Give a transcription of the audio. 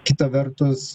kita vertus